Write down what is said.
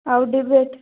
ଆଉ ଡିବେଟ୍